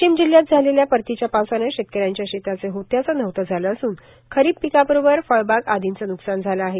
वाशिम जिल्ह्यात झालेल्या परतीच्य पावसान शेतकऱ्यांच्या शेताचे होत्याचे नव्हते झाले असून खरीप पिकाबरोबर फळबाग आदींचे नुकसान झालं आहे